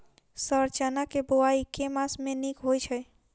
Sir चना केँ बोवाई केँ मास मे नीक होइ छैय?